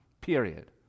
Period